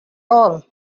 all